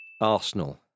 Arsenal